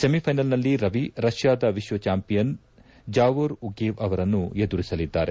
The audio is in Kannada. ಸೆಮಿಫೈನಲ್ನಲ್ಲಿ ರವಿ ರಷ್ಡಾದ ವಿಶ್ವಚಾಂಪಿಯನ್ ಜಾವೂರ್ ಉಗೇವ್ ಅವರನ್ನು ಎದುರಿಸಲಿದ್ದಾರೆ